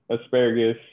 asparagus